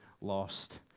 lost